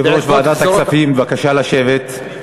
יושב-ראש ועדת הכספים, בבקשה לשבת.